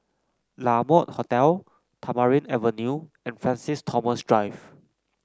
La Mode Hotel Tamarind Avenue and Francis Thomas Drive